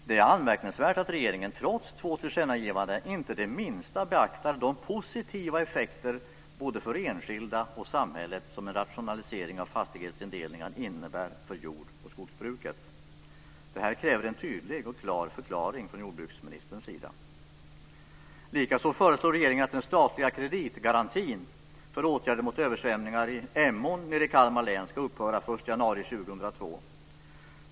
Det är anmärkningsvärt att regeringen, trots två tillkännagivanden, inte det minsta beaktar de positiva effekter både för enskilda och för samhället som en rationalisering av fastighetsindelningar innebär för jord och skogsbruket. Det här kräver en tydlig och klar förklaring från jordbruksministerns sida. Likaså föreslår regeringen att den statliga kreditgarantin för åtgärder mot översvämningar i Emån nere i Kalmar län ska upphöra den 1 januari 2002.